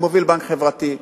אני מוביל בנק חברתי.